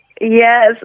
Yes